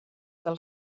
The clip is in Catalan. del